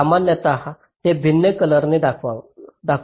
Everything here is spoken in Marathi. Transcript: सामान्यत ते भिन्न कलराने दर्शवा